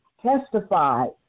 testified